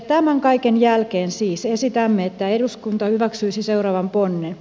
tämän kaiken jälkeen siis esitämme että eduskunta hyväksyisi seuraavan ponnen